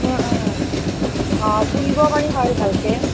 অঁ ফুৰিব পাৰিম আৰু ভালকৈ